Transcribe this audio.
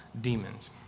demons